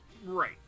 Right